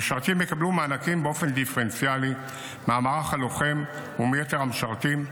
המשרתים יקבלו מענקים באופן דיפרנציאלי מהמערך הלוחם ומיתר המשרתים.